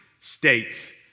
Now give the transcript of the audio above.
States